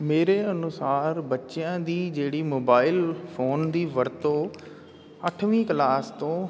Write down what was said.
ਮੇਰੇ ਅਨੁਸਾਰ ਬੱਚਿਆਂ ਦੀ ਜਿਹੜੀ ਮੋਬਾਈਲ ਫੋਨ ਦੀ ਵਰਤੋਂ ਅੱਠਵੀਂ ਕਲਾਸ ਤੋਂ